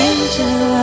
Angel